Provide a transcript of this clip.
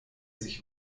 sich